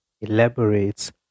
elaborates